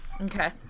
Okay